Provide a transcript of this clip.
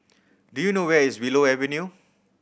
do you know where is Willow Avenue